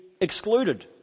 excluded